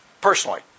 personally